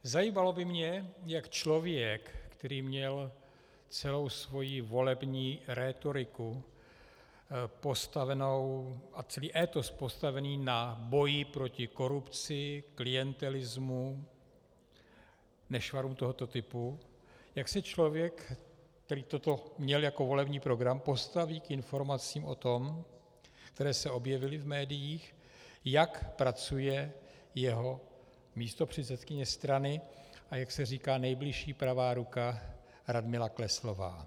Zajímalo by mě, jak člověk, který měl celou svoji volební rétoriku postavenu a celý étos postaven na boji proti korupci, klientelismu, nešvarům tohoto typu, jak se člověk, který toto měl jako volební program, postaví k informacím, které se objevily v médiích, o tom, jak pracuje jeho místopředsedkyně strany, a jak se říká, nejbližší pravá ruka Radmila Kleslová.